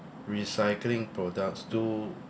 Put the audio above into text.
recycling products too